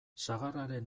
sagarraren